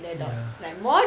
ya